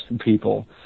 people